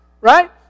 Right